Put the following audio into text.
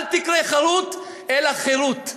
אל תקרא חרות אלא חירות.